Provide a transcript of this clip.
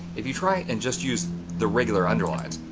if you try it and just use the regular underlines,